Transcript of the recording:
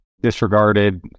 disregarded